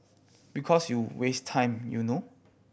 because you waste time you know